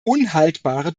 unhaltbare